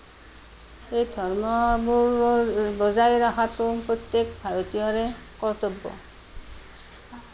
এই ধৰ্মবোৰ বজাই ৰখাটো প্ৰত্যেক ভাৰতীয়ৰে কৰ্তব্য